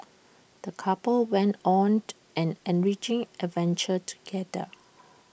the couple went on an enriching adventure together